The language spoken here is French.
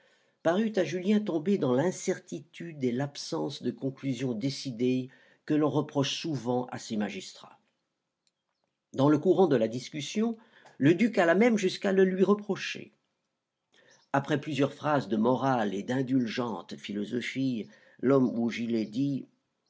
parut à julien tomber dans l'incertitude et l'absence de conclusions décidées que l'on reproche souvent à ces magistrats dans le courant de la discussion le duc alla même jusqu'à le lui reprocher après plusieurs phrases de morale et d'indulgente philosophie l'homme aux gilets dit